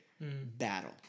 battle